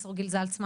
פרופסור גיל זלצמן,